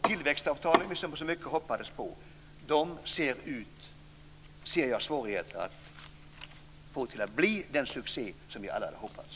Tillväxtavtalen, som vi hoppades så mycket på, ser jag svårigheter att få till att bli den succé som vi alla hade hoppats.